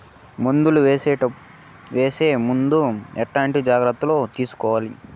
మందులు వేసే ముందు ఎట్లాంటి జాగ్రత్తలు తీసుకోవాలి?